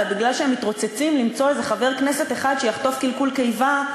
אלא הם מתרוצצים כדי למצוא איזה חבר כנסת אחד שיחטוף קלקול קיבה,